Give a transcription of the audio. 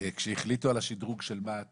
כשהחליטו על השדרוג של מה"ט